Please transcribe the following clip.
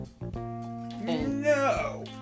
No